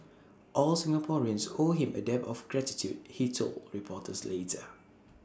all Singaporeans owe him A debt of gratitude he told reporters later